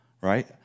right